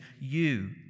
You